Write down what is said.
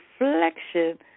reflection